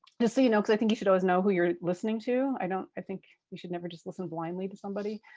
just so you know, because i think you should always know who you're listening to. i don't think you should ever just listen blindly to somebody.